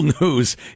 news